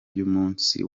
y’umunsi